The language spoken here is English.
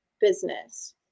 business